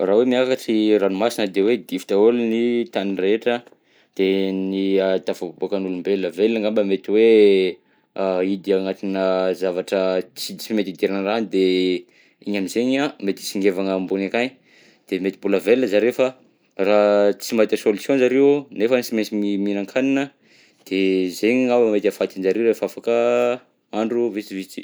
Raha hoe miakatra i ranomasina, de hoe dify daholo ny tany rehetra, de ny hahatafaboaka ny olombelona velona angamba mety hoe ahidy anatina zavatra ts- tsy mety idira rano de igny am'zegny an mety hisingevagna ambony akagny, de mety mbola velona zareo fa raha tsy mahita solution zareo nefa sy mainsy mihinan-kanina de zegny angamba mety hahafaty anjareo efa afaka andro visivisy.